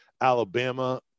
Alabama